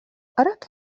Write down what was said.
أراك